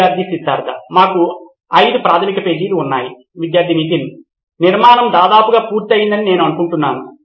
విద్యార్థి సిద్ధార్థ్ మాకు ఐదు ప్రాథమిక పేజీలు ఉన్నాయి విద్యార్థి నితిన్ నిర్మాణం దాదాపుగా పూర్తి అయిందని నేను అనుకుంటున్నాను